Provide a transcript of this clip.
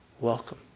welcome